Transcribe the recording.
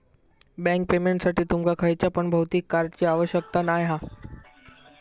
bank पेमेंटसाठी तुमका खयच्या पण भौतिक कार्डची आवश्यकता नाय हा